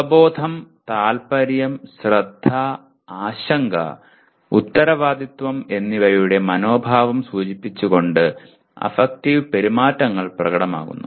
അവബോധം താൽപ്പര്യം ശ്രദ്ധ ആശങ്ക ഉത്തരവാദിത്വം എന്നിവയുടെ മനോഭാവം സൂചിപ്പിച്ചുകൊണ്ട് അഫക്റ്റീവ് പെരുമാറ്റങ്ങൾ പ്രകടമാക്കുന്നു